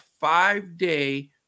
five-day